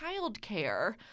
childcare